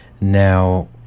now